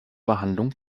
behandlung